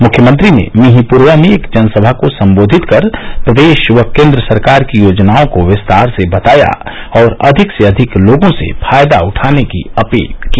मुख्यमंत्री ने मिहींपुरवा में एक जनसभा को संबोधित कर प्रदेश व केंद्र सरकार की योजनाओं को विस्तार से बताया और अधिक से अधिक लोगों से फायदा उठाने की अपील की